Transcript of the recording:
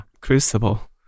Crucible